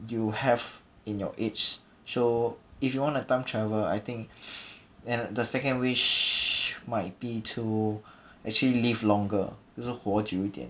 you have in your age so if you want to time travel I think and the second wish might be to actually live longer 就是活久一点